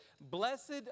Blessed